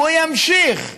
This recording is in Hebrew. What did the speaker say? הוא ימשיך.